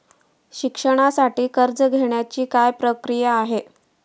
शिक्षणासाठी कर्ज घेण्याची काय प्रक्रिया आहे?